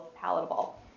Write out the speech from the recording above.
palatable